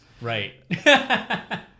Right